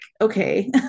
okay